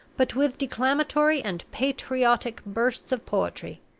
but with declamatory and patriotic bursts of poetry,